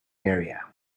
area